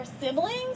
siblings